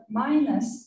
minus